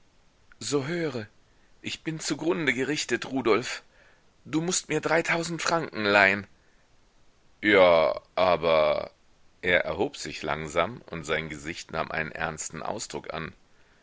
so höre ich bin zugrunde gerichtet rudolf du mußt mir dreitausend franken leihen ja aber er erhob sich langsam und sein gesicht nahm einen ernsten ausdruck an